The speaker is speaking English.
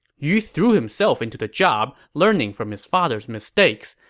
yu threw himself into the job, learning from his father's mistake. so